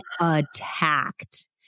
attacked